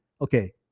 okay